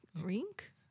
rink